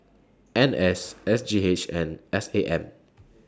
N S S G H and S A M